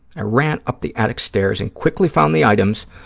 i ran up the attic stairs and quickly found the items,